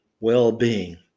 well-being